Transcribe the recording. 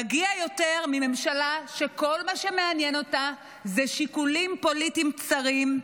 מגיע יותר מממשלה שכל מה שמעניין אותה אלה שיקולים פוליטיים צרים,